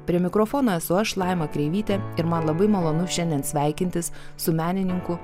prie mikrofono esu aš laima kreivytė ir man labai malonu šiandien sveikintis su menininku